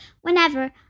whenever